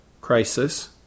crisis